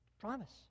Promise